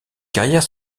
carrières